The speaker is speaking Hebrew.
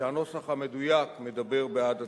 שהנוסח המדויק מדבר בעד עצמו.